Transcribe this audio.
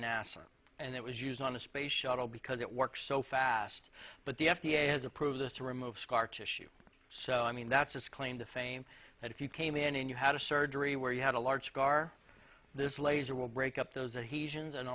nasa and it was used on the space shuttle because it works so fast but the f d a has approved this to remove scar tissue so i mean that's its claim to fame that if you came in and you had a surgery where you had a large scar this laser will break up those